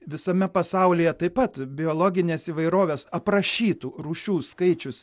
visame pasaulyje taip pat biologinės įvairovės aprašytų rūšių skaičius